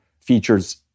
features